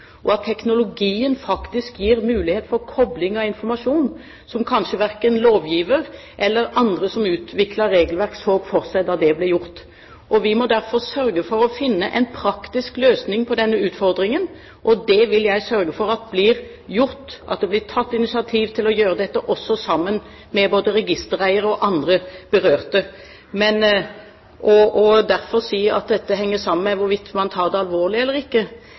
og at teknologien faktisk gir mulighet for kobling av informasjon, som kanskje verken lovgiver eller andre som utvikler regelverk, så for seg da det ble gjort. Vi må derfor sørge for å finne en praktisk løsning på denne utfordringen. Det vil jeg sørge for at blir gjort – at det blir tatt initiativ til å gjøre dette, også sammen med både registereiere og andre berørte. Derfor å si at dette henger sammen med hvorvidt man tar det alvorlig eller ikke,